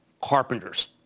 Carpenters